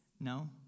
No